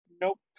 nope